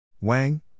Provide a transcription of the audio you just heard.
Wang